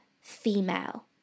female